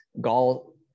gall